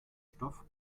stoff